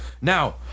Now